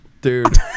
dude